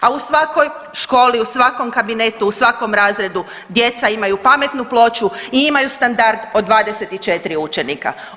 A u svakoj školi, u svakom kabinetu, u svakom razredu djeca imaju pametnu ploču i imaju standard od 24 učenika.